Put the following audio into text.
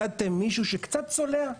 מדדתם מישהו שקצת צולע?